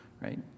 right